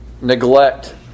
neglect